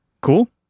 cool